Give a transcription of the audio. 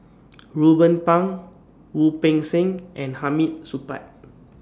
Ruben Pang Wu Peng Seng and Hamid Supaat